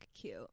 cute